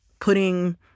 putting